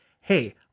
hey